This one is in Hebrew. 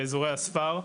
באזורי הספר.